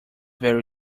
very